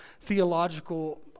theological